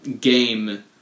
game